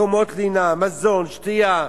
מקומות לינה, מזון, שתייה,